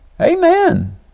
Amen